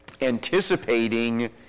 anticipating